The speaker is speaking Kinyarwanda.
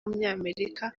w’umunyamerika